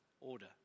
order